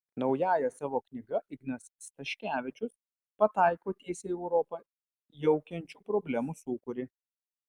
naująja savo knyga ignas staškevičius pataiko tiesiai į europą jaukiančių problemų sūkurį